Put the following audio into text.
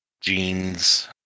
jeans